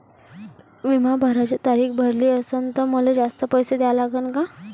बिमा भराची तारीख भरली असनं त मले जास्तचे पैसे द्या लागन का?